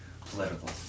political